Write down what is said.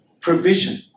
Provision